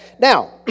Now